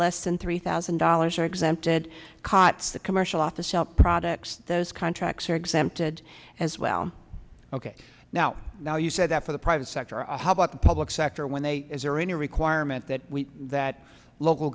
less than three thousand dollars are exempted cots the commercial off the shelf products those contracts are exempted as well ok now now you said that for the private sector how about the public sector when they is there any requirement that that local